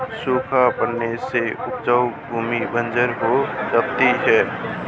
सूखा पड़ने से उपजाऊ भूमि बंजर हो जाती है